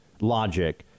logic